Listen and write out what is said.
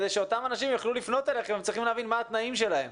כדי שאותם אנשים יוכלו לפנות אליכם אם הם צריכים להבין מה התנאים שלהם.